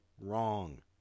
wrong